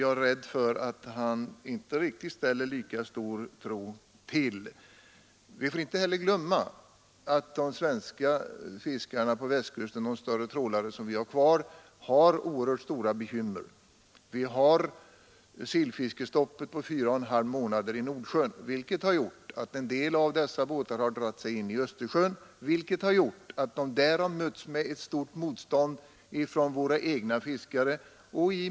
Vi får inte heller glömma att de svenska fiskarna på Västkusten — de som ännu har sina större trålare kvar — har oerhört stora bekymmer. I Nordsjön har vi sillfiskestoppet på fyra och en halv månad. Det har gjort att en del av dessa båtar dragit sig in i Östersjön och där mötts av stort motstånd från våra egna fiskare.